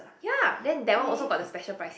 ya then that one also got the special pricing